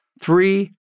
Three